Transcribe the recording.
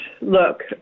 look